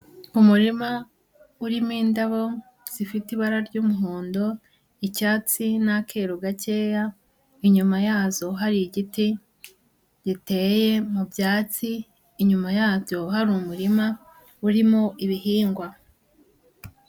Umurima urimo indabo zifite ibara ry'umuhondo, icyatsi n'akeru gakeya, inyuma yazo hari igiti giteye mu byatsi, inyuma yabyo hari umurima urimo ibihingwa.